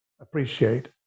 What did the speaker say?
appreciate